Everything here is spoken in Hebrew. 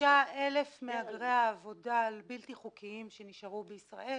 66,000 מהגרי העבודה הבלתי חוקיים שנשארו בישראל